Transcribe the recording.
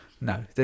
No